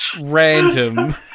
random